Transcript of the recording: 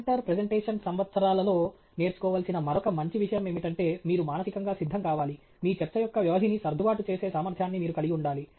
presenter presentation సంవత్సరాలలో నేర్చుకోవలసిన మరొక మంచి విషయం ఏమిటంటే మీరు మానసికంగా సిద్ధం కావాలి మీ చర్చ యొక్క వ్యవధిని సర్దుబాటు చేసే సామర్థ్యాన్ని మీరు కలిగి ఉండాలి